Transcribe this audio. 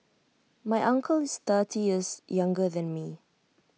my uncle is thirty years younger than me